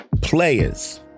Players